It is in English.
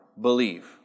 believe